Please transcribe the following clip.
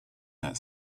that